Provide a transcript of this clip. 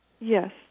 Yes